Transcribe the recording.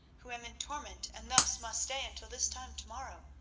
who am in torment, and thus must stay until this time to-morrow.